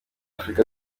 afurika